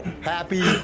Happy